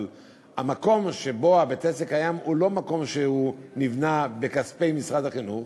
אבל המקום שבו בית-העסק קיים הוא לא נבנה בכספי משרד החינוך